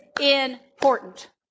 important